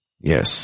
Yes